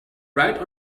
right